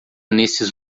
nesses